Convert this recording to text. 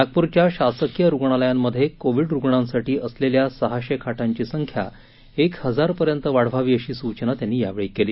नागपूरच्या शासकीय रुग्णालयांमध्ये कोविड रुग्णांसाठी असलेल्या सहाशे खाटांची संख्या एक हजारपर्यंत वाढवावी अशी सूचना त्यांनी यावेळी केली